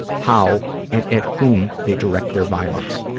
how and at whom they direct their violence.